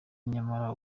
nyamara